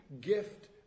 gift